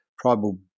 tribal